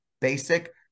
basic